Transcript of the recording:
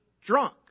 drunk